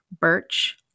birch